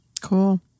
Cool